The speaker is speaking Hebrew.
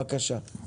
בבקשה.